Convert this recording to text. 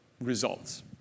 results